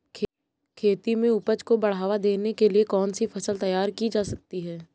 खेती में उपज को बढ़ावा देने के लिए कौन सी फसल तैयार की जा सकती है?